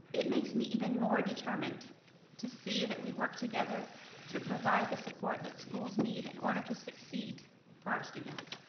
it makes me even more determined to see that we work together to provide the support that schools need in order to succeed for our students.